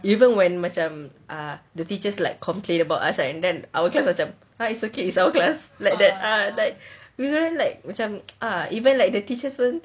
even when macam ah the teachers like complain about us and then our class macam ah it's okay it's okay it's our class like that even like the teachers